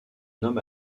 nomme